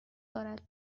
دارد